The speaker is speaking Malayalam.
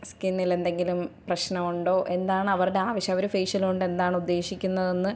സ്കിന്നിൽ എന്തെങ്കിലും പ്രശ്നമുണ്ടോ എന്താണ് അവരുടെ ആവശ്യം അവർ ഫേഷ്യലുകൊണ്ട് എന്താണ് ഉദ്ദേശിക്കുന്നതെന്ന്